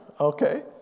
Okay